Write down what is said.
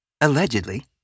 allegedly